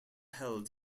held